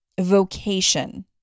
vocation